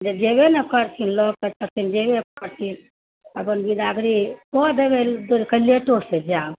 जयबै ने करथिन लोग करथिन जयबे करथिन अपन बिदागरी कऽ देबै कनि लेटोसँ जायब